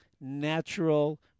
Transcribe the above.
natural